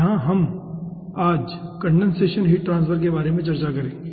यहां आज हम कंडेनसेशन हीट ट्रांसफर के बारे में चर्चा करेंगे